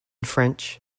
french